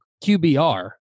QBR